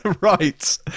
Right